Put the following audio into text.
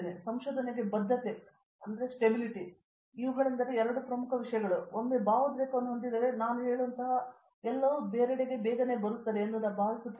ಸಂಶೋಧನೆಗೆ ಬದ್ಧತೆ ಇವುಗಳೆಂದರೆ ಎರಡು ಪ್ರಮುಖ ವಿಷಯಗಳು ಮತ್ತು ಒಮ್ಮೆ ಭಾವೋದ್ರೇಕವನ್ನು ಹೊಂದಿದರೆ ನಾನು ಹೇಳುವಂತಹ ಎಲ್ಲವೂ ಬೇರೆಡೆಗೆ ಬರುತ್ತವೆ ಎಂದು ನಾನು ಭಾವಿಸುತ್ತೇನೆ